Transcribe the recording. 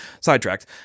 sidetracked